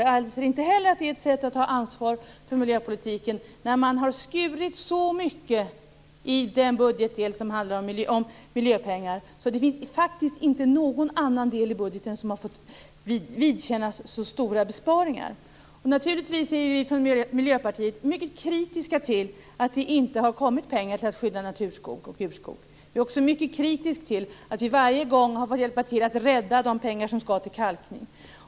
Jag anser inte heller att det är att ta ansvar för miljöpolitiken när man har skurit så mycket i budgeten när det gäller miljöpengar. Det är faktiskt inte något annat område i budgeten som har fått vidkännas så stora besparingar. Vi från Miljöpartiet är naturligtvis mycket kritiska till att det inte har avsatts pengar till skydd för urskog och naturskog. Vi är också mycket kritiska till att vi varje gång har fått hjälpa till att rädda de pengar som har varit avsedda för kalkning.